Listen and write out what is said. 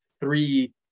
three